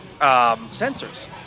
sensors